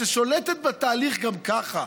ששולטת בתהליך גם ככה,